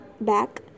back